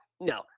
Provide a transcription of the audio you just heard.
no